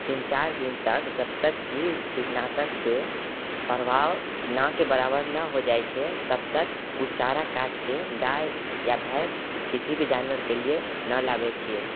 तीन चारि दिन तक जबतक कि कीटनाशकके प्रभाव नाके बराबर ना हो जाइ छै तबतक ओ चारा काटिके गाय या भैँस किसी भी जानवरके लिए ना लाबै छिए